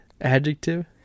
Adjective